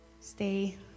stay